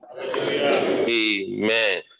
amen